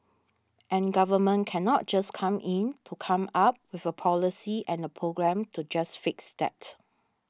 and government cannot just come in to come up with a policy and a program to just fix that